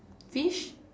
fish